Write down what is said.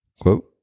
Quote